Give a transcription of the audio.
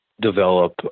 Develop